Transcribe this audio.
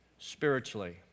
spiritually